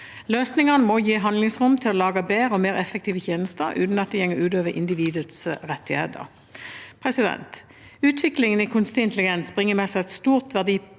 Løsningene må gi handlingsrom til å lage bedre og mer effektive tjenester uten at det går ut over individets rettigheter. Utviklingen i kunstig intelligens bringer med seg et stort